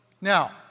Now